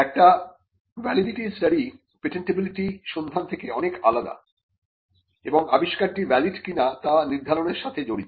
একটি validity study patentability সন্ধান থেকে অনেক আলাদা এবং আবিষ্কারটি ভ্যালিড কিনা তা নির্ধারণের সাথে জড়িত